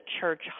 church